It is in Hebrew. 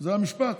זה המשפט?